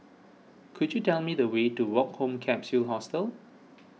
could you tell me the way to Woke Home Capsule Hostel